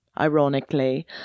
ironically